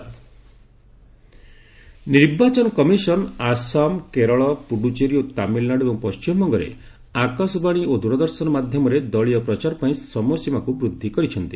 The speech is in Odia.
ଇସିଆଇ ନିର୍ବାଚନ କମିଶନ୍ ଆସାମ କେରଳ ପୁଡୁଚେରୀ ତାମିଲ୍ନାଡୁ ଏବଂ ପ୍ରଣ୍ଣିମବଙ୍ଗରେ ଆକାଶବାଣୀ ଓ ଦୂରଦର୍ଶନ ମାଧ୍ୟମରେ ଦଳୀୟ ପ୍ରଚାର ପାଇଁ ସମୟ ସୀମାକୁ ବୃଦ୍ଧି କରିଛନ୍ତି